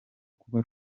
kuba